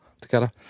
together